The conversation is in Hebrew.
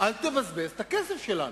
אל תבזבז את הכסף שלנו.